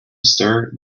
stir